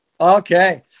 Okay